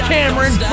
Cameron